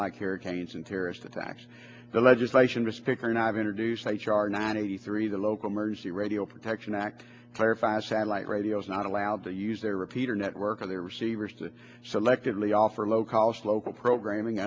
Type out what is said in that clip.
like air canes and terrorist attacks the legislation risk and i've introduced h r ninety three the local emergency radio protection act clarifies satellite radio is not allowed to use their repeater network of their receivers to selectively offer low cost local programming